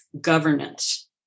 governance